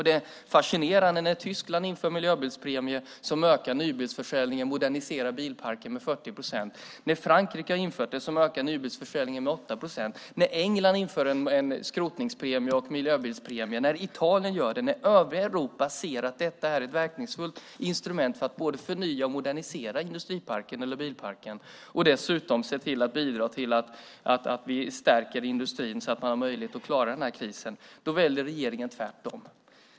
Det är fascinerande när Tyskland inför en miljöbilspremie som ökar nybilsförsäljningen och moderniserar bilparken med 40 procent, när Frankrike har infört det, och det har ökat nybilsförsäljningen med 8 procent, när England inför en skrotningspremie och miljöbilspremie och när Italien gör det. När övriga Europa ser att detta är ett verkningsfullt instrument för att förnya och modernisera bilparken och det dessutom bidrar till att stärka industrin så att man har möjlighet att klara den här krisen väljer regeringen tvärtom.